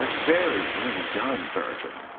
deceit very well done, virgil.